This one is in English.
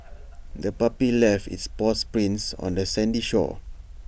the puppy left its paw prints on the sandy shore